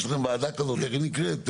יש לכם ועדה כזאת איך היא נקראת?